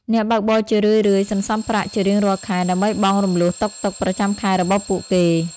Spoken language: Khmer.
អ្នកបើកបរជារឿយៗសន្សំប្រាក់ជារៀងរាល់ខែ ដើម្បីបង់រំលស់តុកតុកប្រចាំខែរបស់ពួកគេ។